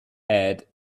add